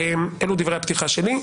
אלו דברי הפתיחה שלי.